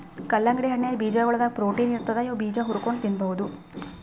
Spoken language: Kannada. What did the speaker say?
ಕಲ್ಲಂಗಡಿ ಹಣ್ಣಿನ್ ಬೀಜಾಗೋಳದಾಗ ಪ್ರೊಟೀನ್ ಇರ್ತದ್ ಇವ್ ಬೀಜಾ ಹುರ್ಕೊಂಡ್ ತಿನ್ಬಹುದ್